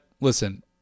listen